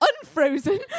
unfrozen